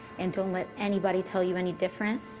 and don't let anybody tell you any different,